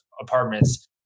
apartments